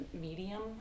medium